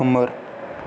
खोमोर